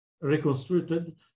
reconstructed